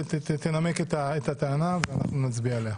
תנמק את הטענה ונצביע עליה.